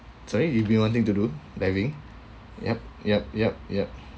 sorry you been wanting to do diving yup yup yup yup